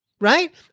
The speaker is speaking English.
right